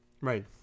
Right